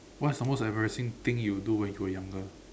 what's the most embarrassing thing you do when you were younger